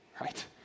right